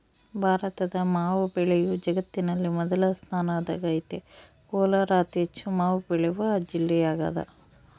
ಭಾರತದ ಮಾವು ಬೆಳೆಯು ಜಗತ್ತಿನಲ್ಲಿ ಮೊದಲ ಸ್ಥಾನದಾಗೈತೆ ಕೋಲಾರ ಅತಿಹೆಚ್ಚು ಮಾವು ಬೆಳೆವ ಜಿಲ್ಲೆಯಾಗದ